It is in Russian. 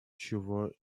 чего